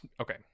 Okay